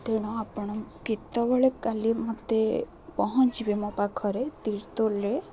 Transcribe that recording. ତେଣୁ ଆପଣ କେତେବେଳେ କାଲି ମୋତେ ପହଞ୍ଚିବେ ମୋ ପାଖରେ ତୀର୍ତୋଲରେ